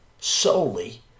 solely